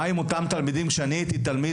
מה עם אותם תלמידים כשאני הייתי תלמיד